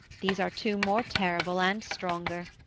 these are two more terrible and stronger.